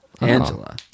Angela